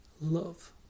love